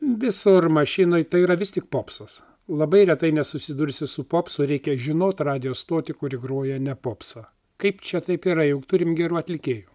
visur mašinoj tai yra vis tik popsas labai retai nesusidursi su popsu reikia žinot radijo stotį kuri groja ne popsą kaip čia taip yra juk turim gerų atlikėjų